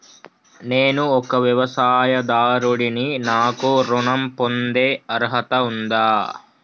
నేను ఒక వ్యవసాయదారుడిని నాకు ఋణం పొందే అర్హత ఉందా?